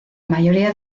mayoría